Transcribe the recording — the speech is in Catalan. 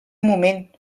moment